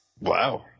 Wow